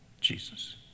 Jesus